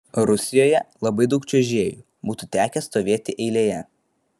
rusijoje labai daug čiuožėjų būtų tekę stovėti eilėje